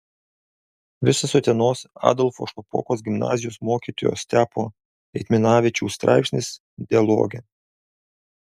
visas utenos adolfo šapokos gimnazijos mokytojo stepo eitminavičiaus straipsnis dialoge